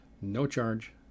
no-charge